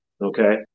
okay